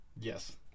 Yes